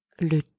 le